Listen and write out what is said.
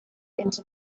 into